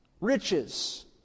Riches